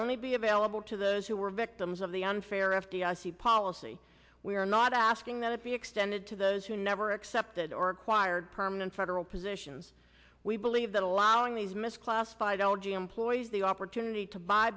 only be available to those who were victims of the unfair f d i c policy we are not asking that it be extended to those who never accepted or acquired permanent federal positions we believe that allowing these misclassified l g employees the opportunity to buy